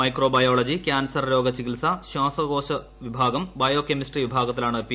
micro biology cancer രോഗ ചികിത്സ ശ്വാസകോശവിഭാഗം ബയോകെമിസ്ട്രി വിഭാഗത്തിലാണ് പി